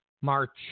March